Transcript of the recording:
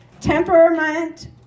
Temperament